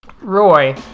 Roy